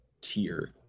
tier